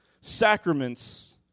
sacraments